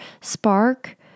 spark